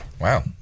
wow